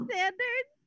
Sanders